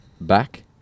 back